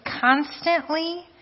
constantly